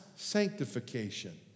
sanctification